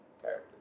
character